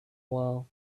while